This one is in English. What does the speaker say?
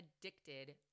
addicted